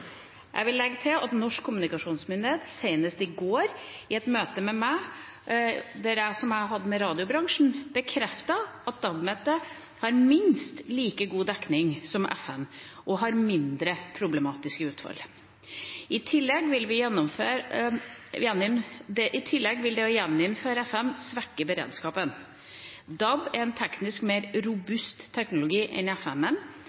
Jeg vil legge til at Nasjonal kommunikasjonsmyndighet senest i går i et møte jeg hadde med radiobransjen, bekreftet at DAB-nettet har minst like god dekning som FM-nettet og mindre problematiske utfall. I tillegg vil det å gjeninnføre FM svekke beredskapen. DAB er en teknisk mer